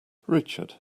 richard